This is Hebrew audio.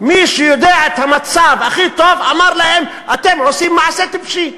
מי שיודע את המצב הכי טוב אמר להם: אתם עושים מעשה טיפשי.